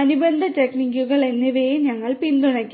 അനുബന്ധ ടെക്നിക്കുകൾ എന്നിവയെ ഞങ്ങൾ പിന്തുണയ്ക്കും